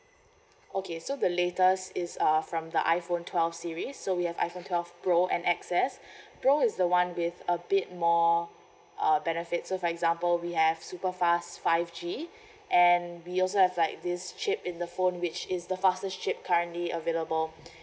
okay so the latest is uh from the iphone twelve series so we have iphone twelve pro and X S pro is the one with a bit more uh benefits so for example we have super fast five G and we also have like this chip in the phone which is the fastest chip currently available